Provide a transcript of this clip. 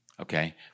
okay